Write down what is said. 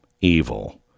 evil